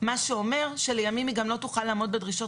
מה שאומר שלימים היא גם לא תוכל לעמוד בדרישות